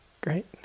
Great